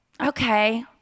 okay